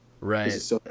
Right